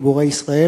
אכן גיבורי ישראל.